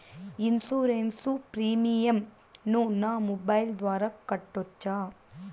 Insurance premium ను నా mobile ద్వారా కట్టొచ్చా?